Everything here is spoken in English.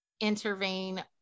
intervene